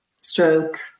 stroke